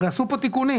הרי עשו כאן תיקונים.